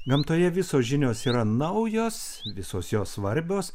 gamtoje visos žinios yra naujos visos jos svarbios